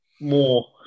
more